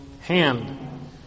hand